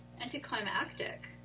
anticlimactic